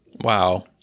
Wow